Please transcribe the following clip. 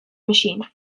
machine